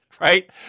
right